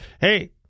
Hey